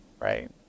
Right